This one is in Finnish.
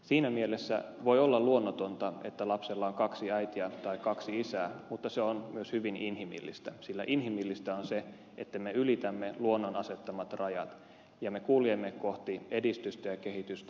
siinä mielessä voi olla luonnotonta että lapsella on kaksi äitiä tai kaksi isää mutta se on myös hyvin inhimillistä sillä inhimillistä on se että me ylitämme luonnon asettamat rajat ja me kuljemme kohti edistystä ja kehitystä